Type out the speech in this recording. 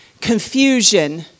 confusion